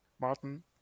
Martin